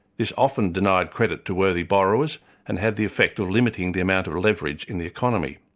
this often denied credit to worthy borrowers and had the effect of limiting the amount of leverage in the economy.